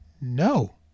No